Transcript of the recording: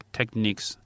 Techniques